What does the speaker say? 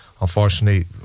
unfortunately